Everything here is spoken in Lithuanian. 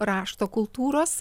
rašto kultūros